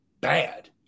bad